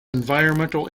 environmental